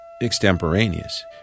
extemporaneous